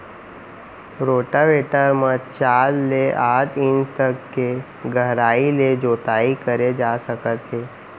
rotavator म चार ले आठ इंच तक के गहराई ले जोताई करे जा सकत हे